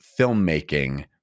filmmaking